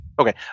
Okay